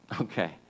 Okay